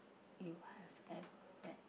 you have ever read